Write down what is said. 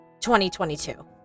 2022